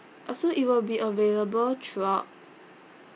oh so it will be available throughout